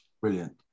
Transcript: brilliant